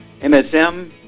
MSM